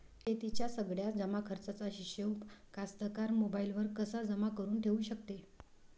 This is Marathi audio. शेतीच्या सगळ्या जमाखर्चाचा हिशोब कास्तकार मोबाईलवर कसा जमा करुन ठेऊ शकते?